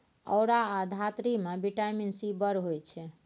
औरा या धातृ मे बिटामिन सी बड़ होइ छै